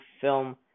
film